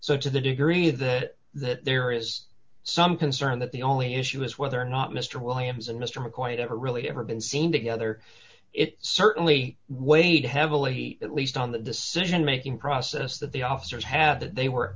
so to the degree that that there is some concern that the only issue is whether or not mister williams and mister mccloy never really ever been seen together it certainly weighed heavily at least on the decision making process that the officers have that they were